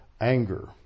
anger